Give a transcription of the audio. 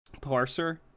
parser